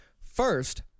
First